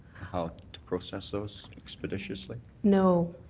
how to process those expeditiously? no.